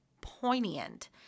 poignant